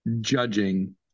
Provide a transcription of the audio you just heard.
judging